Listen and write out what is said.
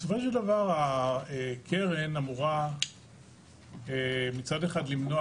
בסופו של דבר הקרן אמורה מצד אחד למנוע